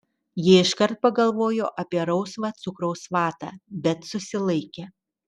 ji iškart pagalvojo apie rausvą cukraus vatą bet susilaikė